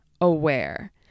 aware